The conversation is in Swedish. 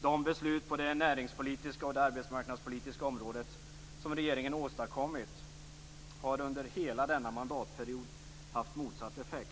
De beslut på det näringspolitiska och arbetmarknadspolitiska området som regeringen åstadkommit har under hela denna mandatperiod haft motsatt effekt.